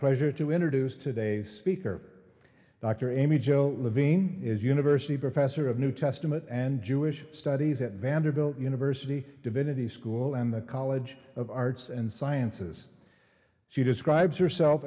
pleasure to introduce today's beaker dr amy jo levine is university professor of new testament and jewish studies at vanderbilt university divinity school and the college of arts and sciences she describes herself